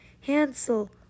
Hansel